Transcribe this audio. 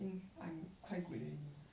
think I'm quite good ready